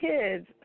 kids